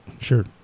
Sure